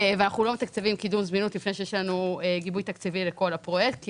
אנחנו לא מתקצבים קידום זמינות לפני שיש לנו גיבוי תקציבי לכל הפרויקט כי